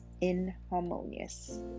inharmonious